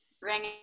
bring